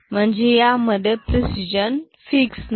म्हणजे यामध्ये precision fix नाही